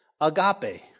agape